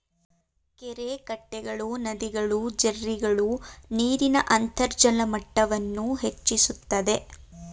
ಕೆರೆಕಟ್ಟೆಗಳು, ನದಿಗಳು, ಜೆರ್ರಿಗಳು ನೀರಿನ ಅಂತರ್ಜಲ ಮಟ್ಟವನ್ನು ಹೆಚ್ಚಿಸುತ್ತದೆ